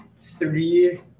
three